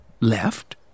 left